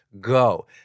go